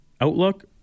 outlook